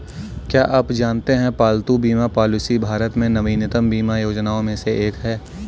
क्या आप जानते है पालतू बीमा पॉलिसी भारत में नवीनतम बीमा योजनाओं में से एक है?